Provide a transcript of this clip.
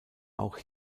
auch